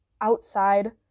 outside